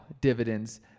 dividends